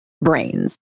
brains